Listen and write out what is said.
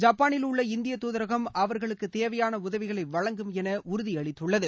ஜப்பானிலுள்ள இந்திய தூதரகம் அவர்களுக்கு தேவையான உதவிகளை வழங்கும் என உறுதி அளித்துள்ளது